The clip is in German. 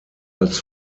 als